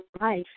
life